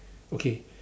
okay